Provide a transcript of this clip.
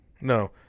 No